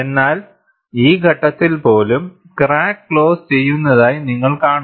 എന്നാൽ ഈ ഘട്ടത്തിൽ പോലും ക്രാക്ക് ക്ലോസ് ചെയ്യുന്നതായി നിങ്ങൾ കാണുന്നു